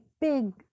big